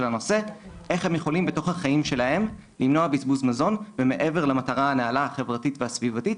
לצ'יפים, להסברה, למערכות מידע,